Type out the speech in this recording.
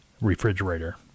refrigerator